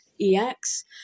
EX